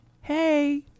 Hey